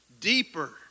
deeper